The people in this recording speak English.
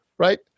right